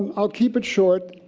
um i'll keep it short.